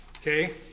Okay